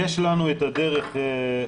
מבחינתנו יש לנו את הדרך העקרונית